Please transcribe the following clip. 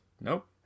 Nope